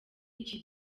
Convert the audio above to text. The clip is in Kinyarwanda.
iki